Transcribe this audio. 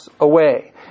away